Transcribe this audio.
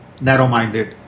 narrow-minded